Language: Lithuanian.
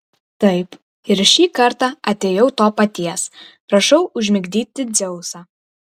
taip ir šį kartą atėjau to paties prašau užmigdyti dzeusą